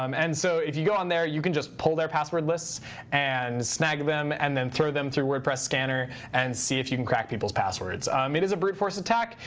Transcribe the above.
um and so if you go on there, you can just pull their password lists and snag them and then throw them through wordpress scanner and see if you can crack people's passwords. it is a brute force attack.